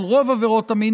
על רוב עבירות המין,